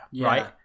right